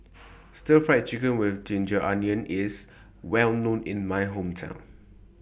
Stir Fried Chicken with Ginger Onions IS Well known in My Hometown